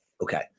Okay